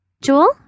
Jewel